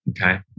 Okay